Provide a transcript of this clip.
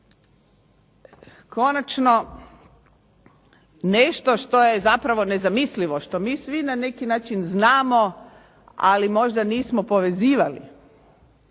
Konačno nešto što je zapravo ne zamislimo, što mi svi na neki način znamo, ali možda nismo povezivali.